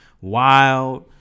wild